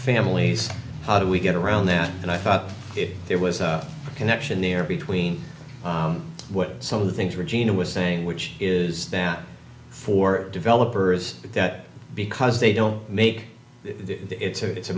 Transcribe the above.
amilies how do we get around that and i thought there was a connection there between what some of the things regina was saying which is that for developers but that because they don't make it so it's a